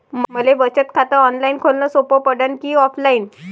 मले बचत खात ऑनलाईन खोलन सोपं पडन की ऑफलाईन?